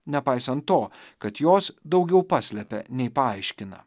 nepaisant to kad jos daugiau paslepia nei paaiškina